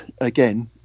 again